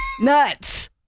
Nuts